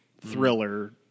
thriller